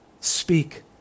Speak